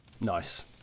Nice